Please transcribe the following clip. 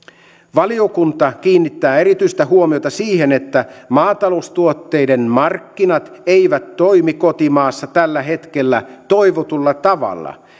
valiokunta kiinnittää erityistä huomiota siihen että maataloustuotteiden markkinat eivät toimi kotimaassa tällä hetkellä toivotulla tavalla